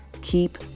keep